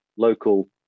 local